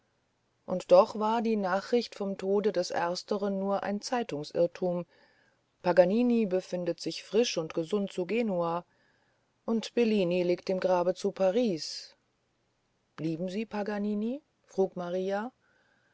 und doch war die nachricht vom tode des ersteren nur ein zeitungsirrtum paganini befindet sich frisch und gesund zu genua und bellini liegt im grabe zu paris lieben sie paganini frug maria